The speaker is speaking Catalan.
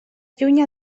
lluny